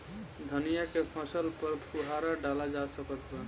धनिया के फसल पर फुहारा डाला जा सकत बा?